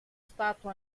stato